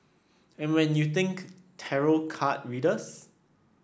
and when you think tarot card readers